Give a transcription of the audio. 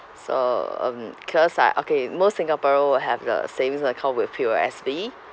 so um cause like okay most singaporean will have the savings account with P_O_S_B